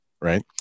right